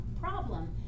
problem